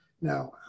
Now